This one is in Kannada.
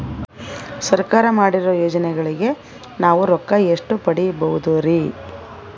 ಸರ್ಕಾರ ಮಾಡಿರೋ ಯೋಜನೆಗಳಿಗೆ ನಾವು ರೊಕ್ಕ ಎಷ್ಟು ಪಡೀಬಹುದುರಿ?